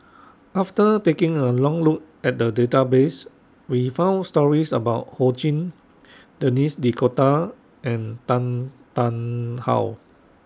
after taking A Look At The Database We found stories about Ho Ching Denis D'Cotta and Tan Tarn How